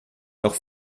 noch